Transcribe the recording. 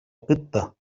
قطة